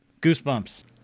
Goosebumps